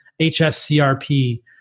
HSCRP